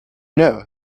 know